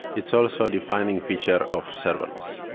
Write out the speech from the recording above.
it's also defining feature of serverless.